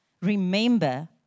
Remember